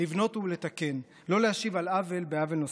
לבנות ולתקן, לא להשיב על עוול בעוול נוסף.